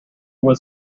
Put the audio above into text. was